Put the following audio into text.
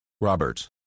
Robert